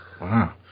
Wow